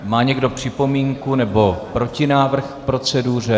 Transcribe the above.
Má někdo připomínku nebo protinávrh k proceduře?